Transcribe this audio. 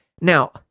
Now